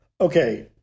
Okay